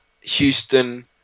Houston